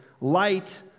light